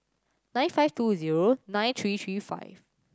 nine five two zero nine three three five